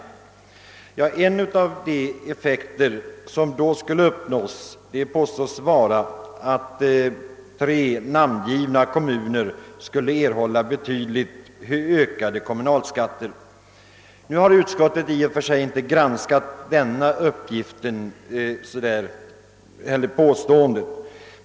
En av de effekter som därigenom skulle kunna uppnås påstås vara att tre namngivna kommuner skulle erhålla betydligt högre kommunalskatteintäkter. Utskottet har i och för sig inte granskat detta påstående.